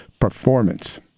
performance